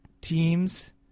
teams